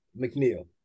McNeil